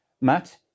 Matt